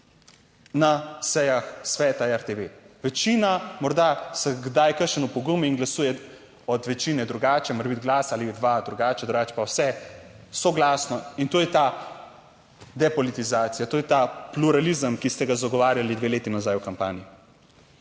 na sejah Sveta RTV. Večina, morda se kdaj kakšen opogumi in glasuje od večine drugače morebiti glas ali dva drugače, drugače pa vse soglasno. In to je ta depolitizacija, to je ta pluralizem, ki ste ga zagovarjali dve leti nazaj v kampanji.